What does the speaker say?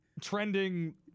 trending